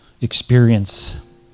experience